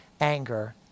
anger